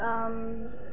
অঁ